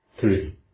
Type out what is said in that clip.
three